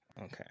okay